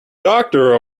doctor